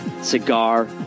Cigar